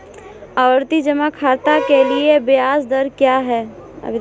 आवर्ती जमा के लिए ब्याज दर क्या है?